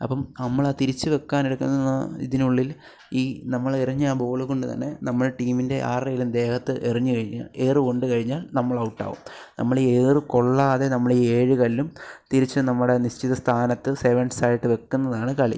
അപ്പം നമ്മൾ ആ തിരിച്ച് വയ്ക്കാനെടുക്കുന്ന ഇതിനുള്ളിൽ ഈ നമ്മളെ എറിഞ്ഞ ആ ബോള് കൊണ്ട് തന്നെ നമ്മുടെ ടീമിൻ്റെ ആറ്ടേലും ദേഹത്ത് എറിഞ്ഞു കഴിഞ്ഞാൽ ഏറ് കൊണ്ട് കഴിഞ്ഞാൽ നമ്മൾ ഔട്ട് ആവും നമ്മൾ ഏറ് കൊള്ളാതെ നമ്മൾ ഈ ഏഴ് കല്ലും തിരിച്ച് നമ്മുടെ നിശ്ചിത സ്ഥാനത്ത് സെവൻസ് ആയിട്ട് വയ്ക്കുന്നതാണ് കളി